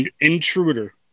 Intruder